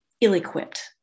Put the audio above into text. ill-equipped